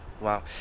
Wow